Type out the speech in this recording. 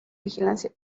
vigilancia